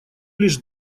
лишь